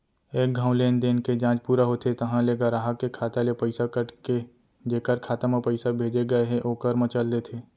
एक घौं लेनदेन के जांच पूरा होथे तहॉं ले गराहक के खाता ले पइसा कट के जेकर खाता म पइसा भेजे गए हे ओकर म चल देथे